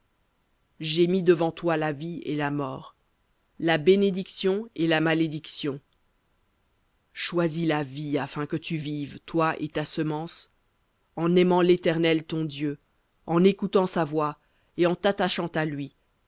j'ai mis devant toi la vie et la mort la bénédiction et la malédiction choisis la vie afin que tu vives toi et ta semence en aimant l'éternel ton dieu en écoutant sa voix et en t'attachant à lui